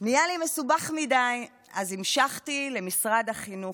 נהיה לי מסובך מדי, אז המשכתי למשרד החינוך.